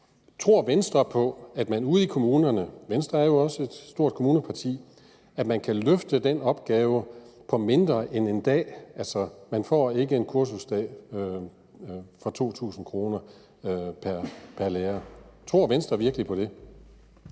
– Venstre er jo også et stort kommuneparti – kan løfte den opgave på mindre end en dag? Man får altså ikke en kursusdag for 2.000 kr. pr. lærer. Tror Venstre virkelig på det?